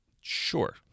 Sure